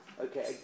Okay